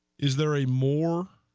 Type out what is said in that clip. is there a more